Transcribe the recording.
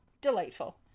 Delightful